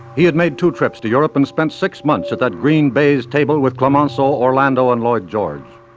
he had made two trips to europe and spent six months at that green baize table with clemenceau, orlando and lloyd george.